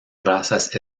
razas